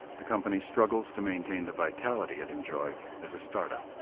the company struggles to maintain the vitality it enjoyed as a start-up.